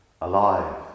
Alive